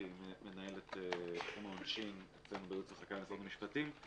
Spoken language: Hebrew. עם מנהלת תחום העונשין אצלנו בייעוץ וחקיקה במשרד המשפטים,